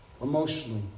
emotionally